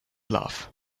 love